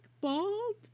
bald